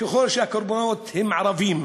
ככל שהקורבנות הם ערבים,